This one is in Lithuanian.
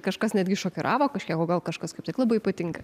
kažkas netgi šokiravo kažkiek o gal kažkas kaip tik labai patinka